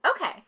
Okay